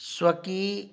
स्वकी